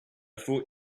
thought